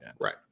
Right